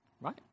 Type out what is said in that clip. right